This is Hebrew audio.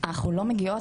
אנחנו לא מגיעות,